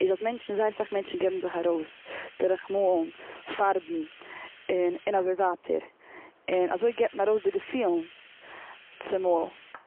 איז אז מע-, זייער אסאך מענטשן גיבן זיך ארויס דורכן מאלן, פארבן, און, און אזוי ווייטער. און אזוי גיבט מען ארויס די געפילן, צומאל.